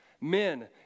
men